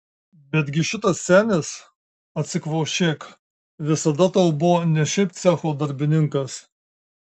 betgi šitas senis atsikvošėk visada tau buvo ne šiaip cecho darbininkas